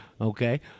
okay